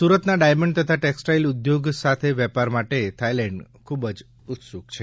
સુરતના ડાયમંડ તથા ટેક્સટાઈલ ઉદ્યોગ સાથે વેપાર માટે થાઇલેન્ડ ખૂબ ઉત્સુક છે